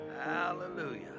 Hallelujah